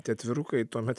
tai atvirukai tuomet